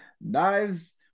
knives